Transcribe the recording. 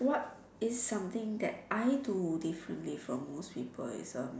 what is something that I do differently from most people is a